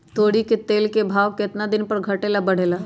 तोरी के तेल के भाव केतना दिन पर घटे ला बढ़े ला?